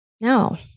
No